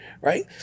right